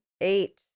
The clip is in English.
eight